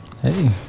hey